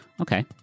Okay